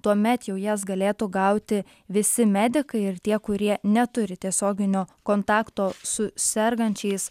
tuomet jau jas galėtų gauti visi medikai ir tie kurie neturi tiesioginio kontakto su sergančiais